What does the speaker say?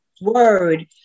word